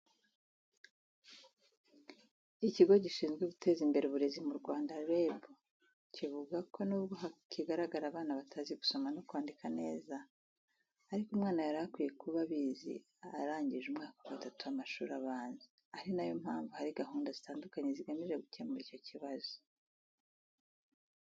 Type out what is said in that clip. Ikigo Gishinzwe Guteza Imbere Uburezi mu Rwanda (REB), kivuga ko nubwo hakigaragara abana batazi gusoma no kwandika neza, ariko umwana yari akwiye kuba abizi arangije umwaka wa gatatu w’amashuri abanza, ari na yo mpamvu hari gahunda zitandukanye zigamije gukemura icyo kibazo.